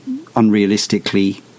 unrealistically